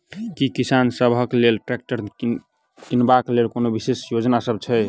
की किसान सबहक लेल ट्रैक्टर किनबाक लेल कोनो विशेष योजना सब छै?